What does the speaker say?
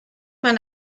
man